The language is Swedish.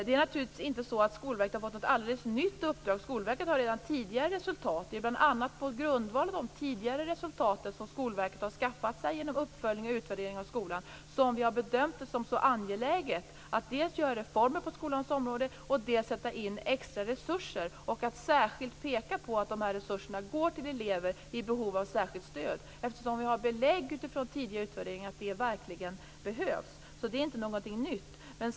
Det är naturligtvis inte så att Skolverket har fått något alldeles nytt uppdrag. Skolverket har redan tidigare sådana här resultat. Det är bl.a. på grundval av dessa tidigare resultat, som Skolverket har skaffat sig genom uppföljning och utvärdering av skolan, som vi har bedömt det som så angeläget att dels göra reformer på skolans område, dels sätta in extra resurser. Vi har i det sammanhanget särskilt pekat på att de här resurserna bör gå till elever med behov av särskilt stöd. Vi har ju utifrån tidigare utvärderingar belägg för att detta verkligen behövs. Det är alltså inget nytt.